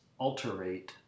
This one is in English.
alterate